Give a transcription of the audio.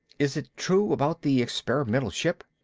is it true about the experimental ship?